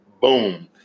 Boom